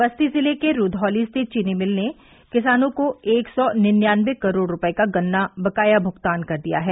बस्ती जिले के रूपौली स्थित चीनी मिल ने किसानों को एक सौ निन्यानवे करोड़ रूपये का गन्ना बकाया भुगतान कर दिया है